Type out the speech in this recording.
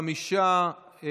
חמישה,